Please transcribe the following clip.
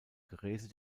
geräte